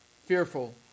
fearful